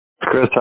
Chris